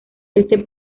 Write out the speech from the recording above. este